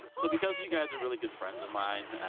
so because you guys are really good friends of mine,